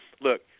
Look